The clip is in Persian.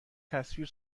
تصویر